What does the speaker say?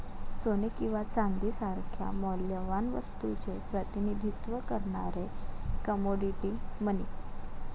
सोने किंवा चांदी सारख्या मौल्यवान वस्तूचे प्रतिनिधित्व करणारे कमोडिटी मनी